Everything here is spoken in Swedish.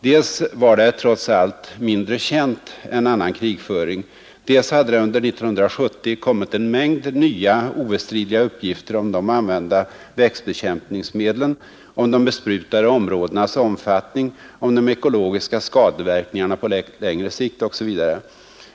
Dels var det trots allt mindre känt än annan krigföring, dels hade det under 1970 kommit en mängd nya obestridliga uppgifter om de använda växtbekämpningsmedlen, de besprutade områdenas omfattning och de ekologiska skadeverkningarna på längre sikt.